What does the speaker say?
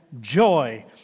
joy